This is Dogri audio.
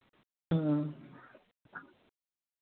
अं